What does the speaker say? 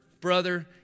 brother